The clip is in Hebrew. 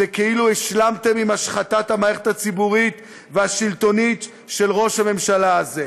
זה כאילו השלמתם עם השחתת המערכת הציבורית והשלטונית של ראש הממשלה הזה.